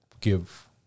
give